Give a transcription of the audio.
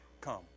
come